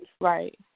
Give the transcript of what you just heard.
Right